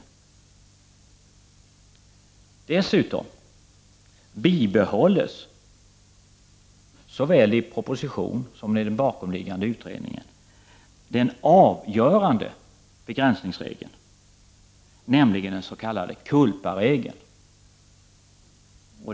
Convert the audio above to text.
Dessutom bibehålls, såväl i proposition som i bakomliggande utredning, den avgörande begränsningsregeln, nämligen den s.k. culpa-regeln.